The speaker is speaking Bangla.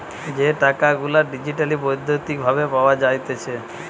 যে টাকা গুলা ডিজিটালি বৈদ্যুতিক ভাবে পাওয়া যাইতেছে